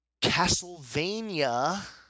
Castlevania